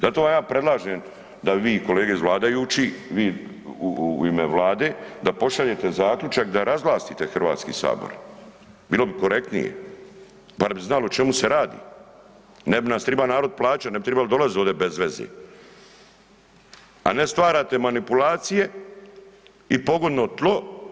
Zato vam ja predlažem da bi vi kolege iz vladajući, vi u ime vlade da pošaljete zaključak da razvlastite HS, bilo bi korektnije, bar bi znalo o čemu se radi, ne bi nas triba narod plaćat, ne bi tribali dolazit ovdje bez veze, a ne stvarate manipulacije i pogodno tlo.